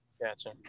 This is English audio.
gotcha